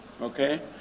okay